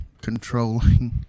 controlling